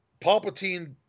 Palpatine